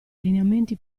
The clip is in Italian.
lineamenti